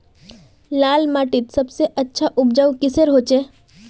लाल माटित सबसे अच्छा उपजाऊ किसेर होचए?